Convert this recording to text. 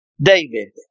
David